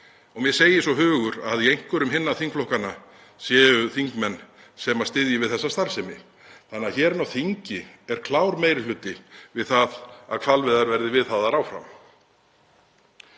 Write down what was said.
Og mér segir svo hugur að í einhverjum hinna þingflokkanna séu þingmenn sem styðja við þessa starfsemi þannig að hér á þingi er klár meiri hluti við það að hvalveiðar verði viðhafðar áfram.